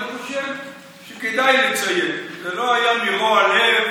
ואני חושב שכדאי לציין שזה לא היה מרוע לב